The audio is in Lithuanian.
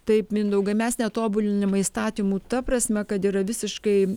taip mindaugai mes netobuliname įstatymų ta prasme kad yra visiškai